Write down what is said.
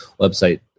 website